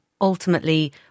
ultimately